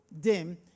dim